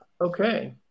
Okay